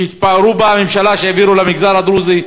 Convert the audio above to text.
שהתפארה בה הממשלה שהעבירה למגזר הדרוזי,